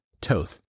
Toth